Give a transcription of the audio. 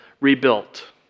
rebuilt